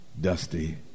dusty